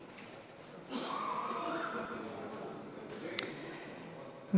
התשע"ד 2014, לוועדת הכלכלה נתקבלה.